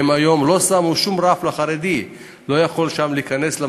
היום לא שמו שום רף לחרדי, לא יכול להיכנס שם.